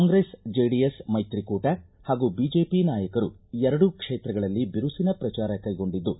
Congress JDS ಮೈತ್ರಿಕೂಟ ಹಾಗೂ BJP ನಾಯಕರು ಎರಡೂ ಕ್ಷೇತ್ರಗಳಲ್ಲಿ ಬಿರುಸಿನ ಪ್ರಚಾರ ಕೈಗೊಂಡಿದ್ದು